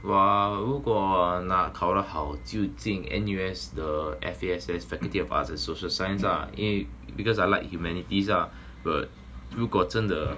!wah! 如果拿考得好就进 N_U_S 的 F_A_S_S faculty of arts and social science ah eh because I like humanities ah but 如果真的